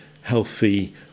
healthy